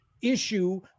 issue